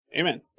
Amen